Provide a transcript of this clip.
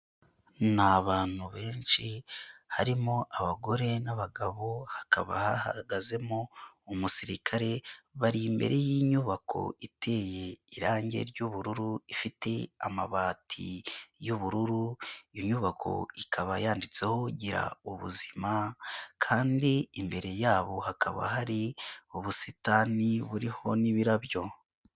Ni abantu benshi harimo abagore n'abagabo, hakaba hahagazemo umusirikare bari imbere y'inyubako iteye irangi ry'ubururu, ifite amabati y'ubururu, iyo nyubako ikaba yanditseho "gira ubuzima" kandi imbere yabo hakaba hari ubusitani buriho n'ibirabyo.